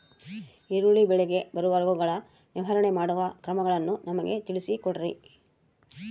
ಈರುಳ್ಳಿ ಬೆಳೆಗೆ ಬರುವ ರೋಗಗಳ ನಿರ್ವಹಣೆ ಮಾಡುವ ಕ್ರಮಗಳನ್ನು ನಮಗೆ ತಿಳಿಸಿ ಕೊಡ್ರಿ?